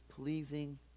pleasing